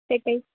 সেটাই